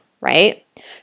right